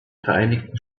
vereinigten